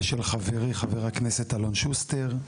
ושל חברי חבר הכנסת אלון שוסטר,